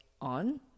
on